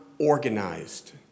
organized